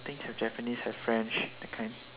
think have japanese have french that kind